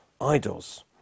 idols